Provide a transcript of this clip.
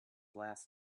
last